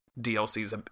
DLC's